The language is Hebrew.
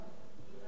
שוב?